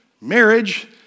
marriage